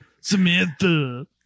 Samantha